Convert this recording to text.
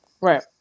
right